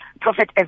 Prophet